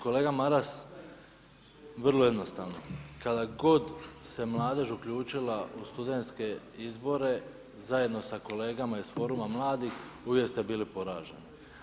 Kolega Maras vrlo jednostavno kada god se mladež uključila u studentske izbore zajedno sa kolegama iz Foruma mladih uvijek ste bili poraženi.